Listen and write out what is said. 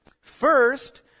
First